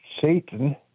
Satan